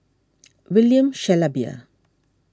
William Shellabear